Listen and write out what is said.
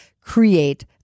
create